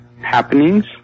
happenings